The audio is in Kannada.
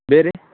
ಬೇರೆ